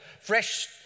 fresh